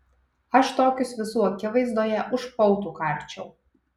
aš tokius visų akivaizdoje už pautų karčiau